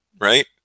right